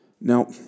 Now